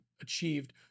achieved